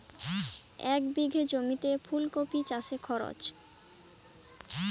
এক বিঘে জমিতে ফুলকপি চাষে খরচ?